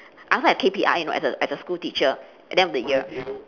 I also have K_P_I you know as a as a school teacher at the end of the year